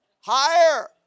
Higher